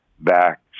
back